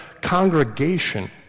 congregation